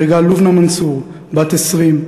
נהרגה לובנה מנסור בת 20,